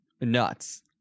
nuts